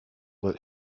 will